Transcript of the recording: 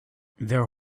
their